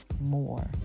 more